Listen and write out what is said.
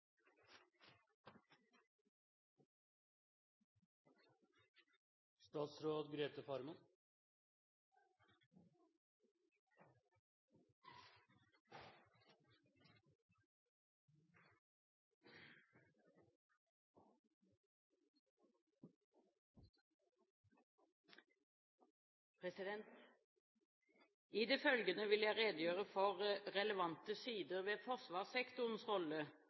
I det følgende vil jeg redegjøre for relevante sider ved forsvarssektorens rolle